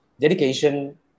dedication